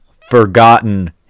forgotten